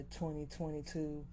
2022